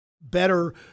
better